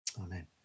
amen